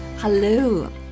Hello